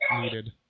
needed